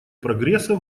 прогресса